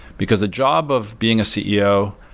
because the job of being a ceo,